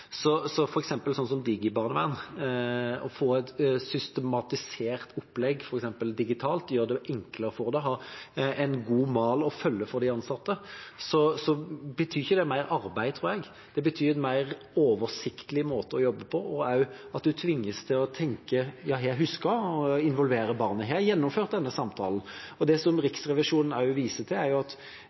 som DigiBarnevern, å få et systematisert opplegg, f.eks. digitalt, vil gjøre det enklere. At de ansatte har en god mal å følge, betyr ikke mer arbeid, tror jeg – det betyr mer oversiktlige måter å jobbe på. Man tvinges også til å tenke: Har jeg husket å involvere barnet? Har jeg gjennomført denne samtalen? Det Riksrevisjonen også viser til, er at